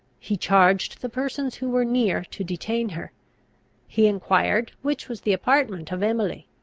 he charged the persons who were near to detain her he enquired which was the apartment of emily.